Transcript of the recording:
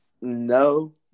no